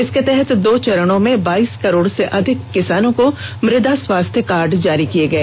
इसके तहत दो चरणो में बाईस करोड़ से अधिक किसानों को मृदा स्वास्थ्य कार्ड जारी किए गए